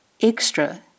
extra